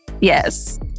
Yes